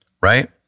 right